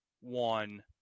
one